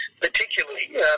particularly